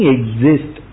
Exist